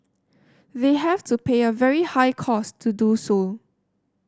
they have to pay a very high cost to do so